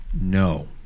No